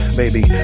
baby